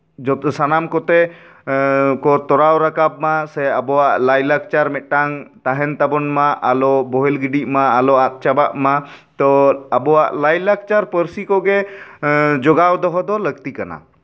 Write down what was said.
ᱡᱚᱛᱚ ᱥᱟᱱᱟᱢ ᱠᱚᱛᱮ ᱮᱸ ᱛᱚᱨᱟᱣ ᱨᱟᱠᱟᱵᱽ ᱢᱟ ᱥᱮ ᱟᱵᱚᱣᱟᱜ ᱞᱟᱭᱼᱞᱟᱠᱪᱟᱨ ᱢᱤᱫᱴᱟᱝ ᱛᱟᱦᱮᱱ ᱛᱟᱵᱚᱱ ᱢᱟ ᱟᱞᱚ ᱵᱚᱦᱮᱞ ᱜᱤᱰᱤᱜ ᱢᱟ ᱟᱞᱚ ᱟᱫ ᱪᱟᱵᱟᱜ ᱢᱟ ᱛᱚ ᱟᱵᱚᱣᱟᱜ ᱞᱟᱭᱼᱞᱟᱠᱪᱟᱨ ᱯᱟᱹᱨᱥᱤ ᱠᱚᱜᱮ ᱮᱸ ᱡᱳᱜᱟᱣ ᱫᱚᱦᱚ ᱫᱚ ᱞᱟᱹᱠᱛᱤ ᱠᱟᱱᱟ